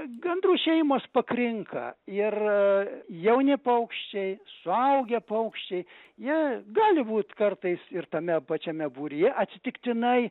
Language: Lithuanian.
gandrų šeimos pakrinka ir jauni paukščiai suaugę paukščiai jie gali būt kartais ir tame pačiame būryje atsitiktinai